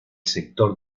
sector